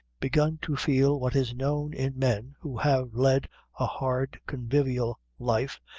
begun to feel what is known in men who have led a hard convivial life,